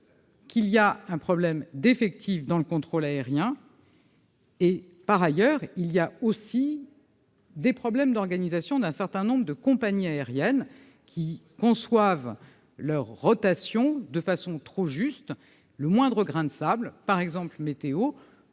Qu'il y a un problème d'effectif dans le contrôle aérien. Et par ailleurs il y a aussi. Des problèmes d'organisation d'un certain nombre de compagnies aériennes qui conçoivent leur rotation de façon trop juste le moindre grain de sable par exemple météo